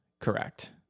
correct